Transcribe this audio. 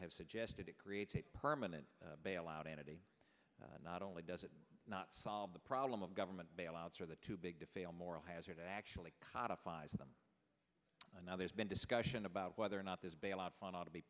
have suggested it creates a permanent bailout entity not only does it not solve the problem of government bailouts or the too big to fail moral hazard it actually codified them and now there's been discussion about whether or not this bailout fund ought to be